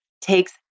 takes